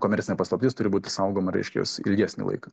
komercinė paslaptis turi būti saugoma reiškias ilgesnį laiką